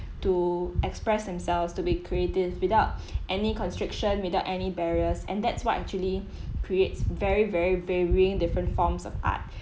to express themselves to be creative without any constriction without any barriers and that's what actually creates very very varying different forms of art